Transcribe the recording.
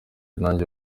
nanjye